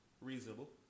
Reasonable